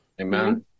Amen